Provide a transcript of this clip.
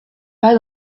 pas